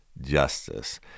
Justice